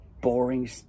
boring